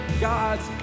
God's